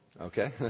Okay